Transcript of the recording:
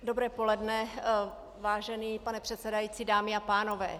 Dobré poledne, vážený pane předsedající, dámy a pánové.